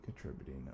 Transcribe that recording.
contributing